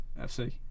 FC